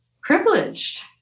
privileged